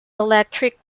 electric